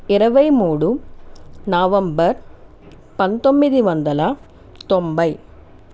ఇరవై మూడు నవంబర్ పంతొమ్మిది వందల తొంభై